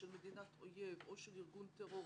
של מדינת אויב או של ארגון טרור,